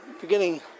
beginning